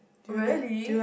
really